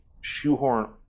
shoehorn